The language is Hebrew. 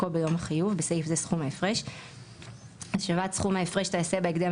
בערכו ביום החיוב (בסעיף זה - סכום ההפרש); השבת סכום ההפרש תיעשה בהקדם